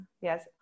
Yes